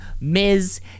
Ms